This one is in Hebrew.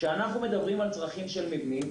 כשאנחנו מדברים על צרכים של מבנים,